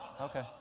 Okay